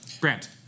Grant